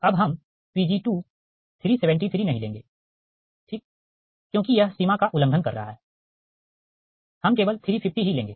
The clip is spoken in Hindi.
अब हम Pg2 373 नहीं लेंगे ठीक क्योंकि यह सीमा का उल्लंघन कर रहा है हम केवल 350 ही लेंगे